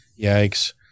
Yikes